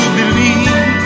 believe